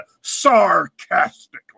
sarcastically